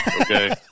okay